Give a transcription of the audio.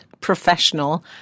professional